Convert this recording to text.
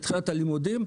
בתחילת הלימודים,